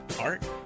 art